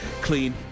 Clean